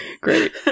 great